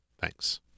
Thanks